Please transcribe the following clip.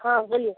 हाँ बोलिये